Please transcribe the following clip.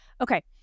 okay